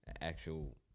actual